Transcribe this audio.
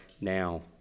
now